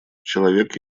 человек